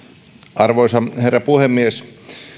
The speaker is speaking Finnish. arvoisa herra puhemies